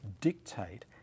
dictate